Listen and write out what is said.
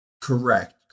Correct